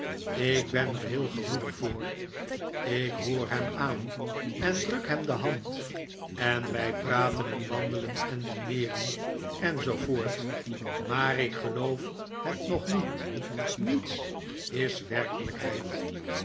ik ben er heel gevoelig voor ik hoor hem aan en druk hem de hand en wij praten en wandelen en dineeren en zoo voort maar ik geloof het nog niet niets is werkelijkheid